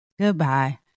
Goodbye